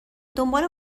دنبال